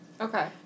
Okay